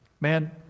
man